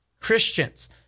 Christians